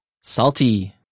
salty